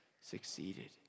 succeeded